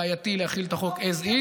מכיוון שכרגע בעייתי להחיל את החוק as is.